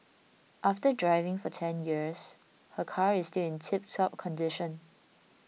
after driving for ten years her car is still in tiptop condition